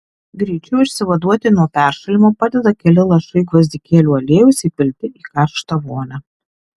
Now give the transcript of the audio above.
greičiau išsivaduoti nuo peršalimo padeda keli lašai gvazdikėlių aliejaus įpilti į karštą vonią